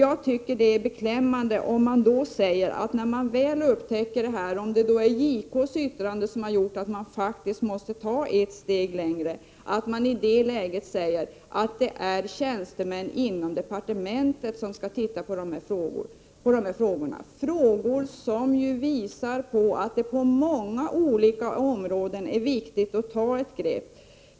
När man väl har upptäckt — kanske på grund av JK:s yttrande — att man måste gå ett steg längre är det beklämmande att höra att tjänstemän inom departementet skall se över dessa frågor. Det gäller ju frågor inom många olika områden där det är viktigt att ingripa.